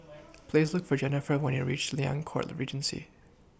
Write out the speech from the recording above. Please Look For Jennifer when YOU REACH Liang Court Regency